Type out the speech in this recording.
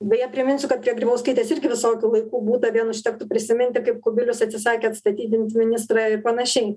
beje priminsiu kad prie grybauskaitės irgi visokių laikų būta vien užtektų prisiminti kaip kubilius atsisakė atstatydint ministrą ir panašiai